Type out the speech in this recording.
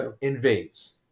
invades